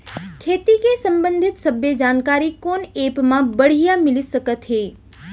खेती के संबंधित सब्बे जानकारी कोन एप मा बढ़िया मिलिस सकत हे?